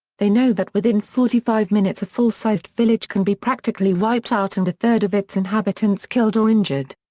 they know that within forty five minutes a full-sized village can be practically wiped out and third of its inhabitants killed or injured.